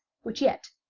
which yet,